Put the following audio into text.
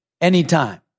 Anytime